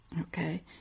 Okay